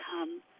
come